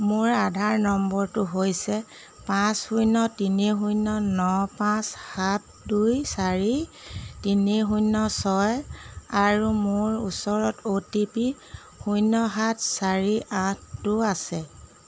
মোৰ আধাৰ নম্বৰটো হৈছে পাঁচ শূন্য তিনি শূন্য ন পাঁচ সাত দুই চাৰি তিনি শূন্য ছয় আৰু মোৰ ওচৰত অ' টি পি শূন্য সাত চাৰি আঠটো আছে